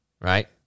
Right